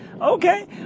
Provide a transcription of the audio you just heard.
Okay